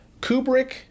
Kubrick